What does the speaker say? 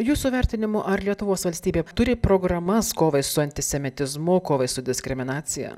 jūsų vertinimu ar lietuvos valstybė turi programas kovai su antisemitizmu kovai su diskriminacija